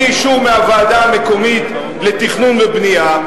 בלי אישור מהוועדה המקומית לתכנון ובנייה,